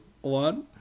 one